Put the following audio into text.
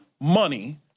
money